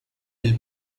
del